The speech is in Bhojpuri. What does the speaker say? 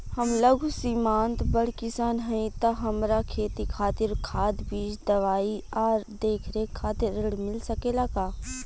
हम लघु सिमांत बड़ किसान हईं त हमरा खेती खातिर खाद बीज दवाई आ देखरेख खातिर ऋण मिल सकेला का?